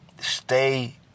stay